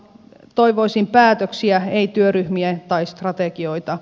toivoisin päätöksiä ei työryhmiä tai strategioita